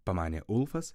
pamanė ulfas